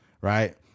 Right